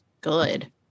good